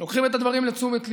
לוקחים את הדברים לתשומת ליבנו,